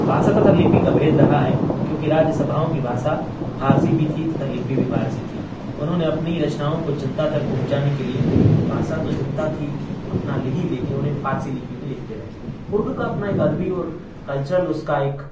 بھاشا تتھا لپی کا بھید رہا ہے کیوں کہ راجیہ سبھاؤں کی بھاشا پھارسی بھی تھی تتھا لپی بھی فارسی تھی انہوں نے اپنی رچناؤں کو جنتا تک پہنچانے کے لیے بھاشا تو جنتا کی اپنا لے ہی لی لیکن انہوں نے فارسی لپی میں لکھتے رہے اردو کا اپنا ایک ادبی اور کلچرل اس کا ایک